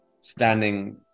standing